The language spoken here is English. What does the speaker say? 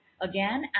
again